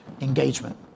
engagement